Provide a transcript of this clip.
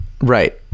Right